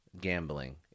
gambling